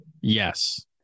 Yes